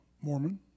Mormon